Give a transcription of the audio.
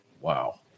Wow